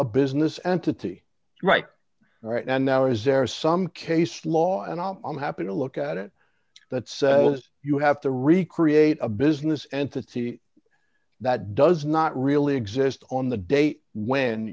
a business entity right right and now is there some case law and i'm happy to look at it that says you have to recreate a business entity that does not really exist on the day when